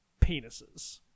penises